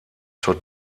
zur